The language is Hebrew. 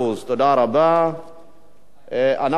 היא